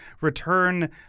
return